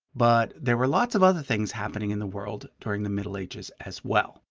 but there were lots of other things happening in the world during the middle ages as well.